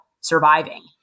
surviving